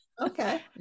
Okay